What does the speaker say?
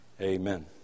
Amen